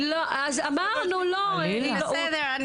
רק מציין את העובדות.